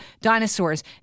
dinosaurs